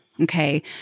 okay